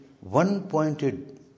one-pointed